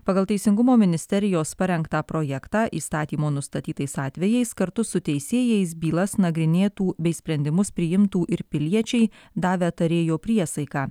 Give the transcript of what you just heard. pagal teisingumo ministerijos parengtą projektą įstatymo nustatytais atvejais kartu su teisėjais bylas nagrinėtų bei sprendimus priimtų ir piliečiai davę tarėjo priesaiką